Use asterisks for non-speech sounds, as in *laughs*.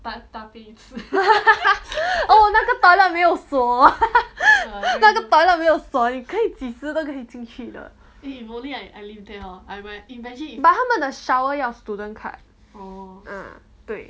*laughs* oh 那个 toilet 没有锁那个 toilet 没有锁你可以几时都可以进去的 but 他们的 shower 要 student card uh 对